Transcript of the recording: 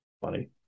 funny